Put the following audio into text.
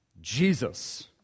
Jesus